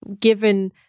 given